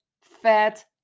fat